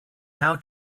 how